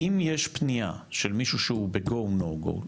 אם יש פנייה של מישהו שהוא ב-"go/no go",